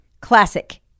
Classic